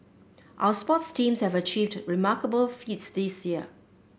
our sports teams have achieved remarkable feats this year